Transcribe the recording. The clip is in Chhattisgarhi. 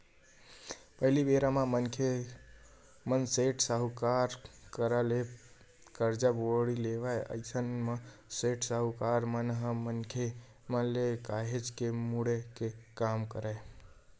पहिली बेरा म मनखे मन सेठ, साहूकार करा ले करजा बोड़ी लेवय अइसन म सेठ, साहूकार मन ह मनखे मन ल काहेच के मुड़े के काम करय